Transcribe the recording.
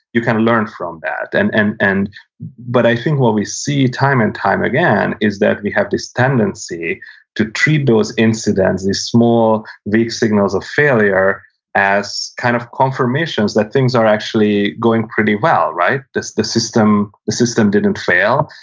you can learn from that, and and and but i think what we see time and time again is that we have this tendency to treat those incidents, these small weak signals of failure failure as kind of confirmations that things are actually going pretty well, right? the system the system didn't fail.